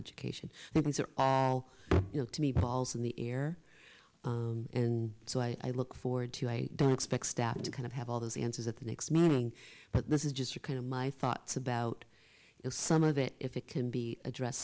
education things are all you know to me balls in the air and so i look forward to i don't expect staff to kind of have all those answers at the next meeting but this is just your kind of my thoughts about it some of it if it can be addressed